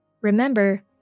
remember